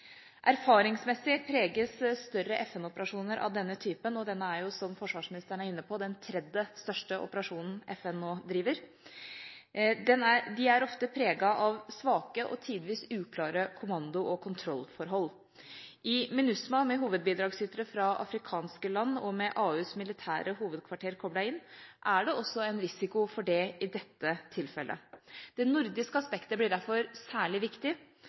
Erfaringsmessig preges større FN-operasjoner av denne typen – og den er, som forsvarsministeren er inne på, den tredje største operasjonen FN nå driver – ofte av svake og tidvis uklare kommando- og kontrollforhold. I MINUSMA, med hovedbidragsytere fra afrikanske land og med AUs militære hovedkvarter koblet inn, er det også en risiko for det i dette tilfellet. Det nordiske aspektet blir derfor særlig viktig.